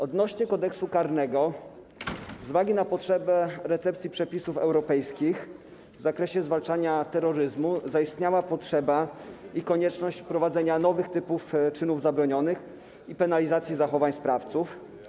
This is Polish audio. Odnośnie do Kodeksu karnego z uwagi na potrzebę recepcji przepisów europejskich w zakresie zwalczania terroryzmu zaistniała potrzeba i konieczność wprowadzenia nowych typów czynów zabronionych i penalizacji zachowań sprawców.